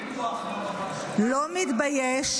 לא מתבייש,